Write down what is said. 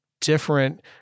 different